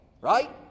Right